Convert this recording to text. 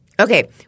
Okay